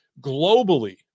globally